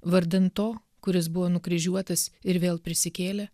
vardin to kuris buvo nukryžiuotas ir vėl prisikėlė